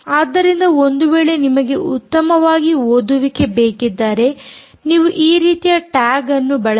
ಆದ್ದರಿಂದ ಒಂದು ವೇಳೆ ನಿಮಗೆ ಉತ್ತಮವಾಗಿ ಓದುವಿಕೆ ಬೇಕಿದ್ದರೆ ನೀವು ಈ ರೀತಿಯ ಟ್ಯಾಗ್ ಅನ್ನು ಬಳಸಿ